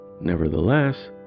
Nevertheless